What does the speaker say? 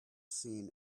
seen